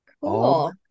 Cool